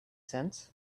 sense